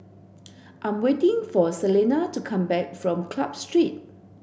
I'm waiting for Celena to come back from Club Street